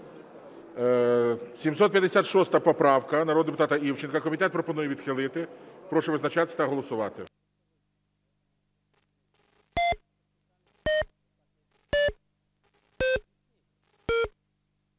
946 народного депутата Івченка. Комітет пропонує відхилити. Прошу визначатись та голосувати.